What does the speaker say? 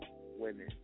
women